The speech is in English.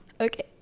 Okay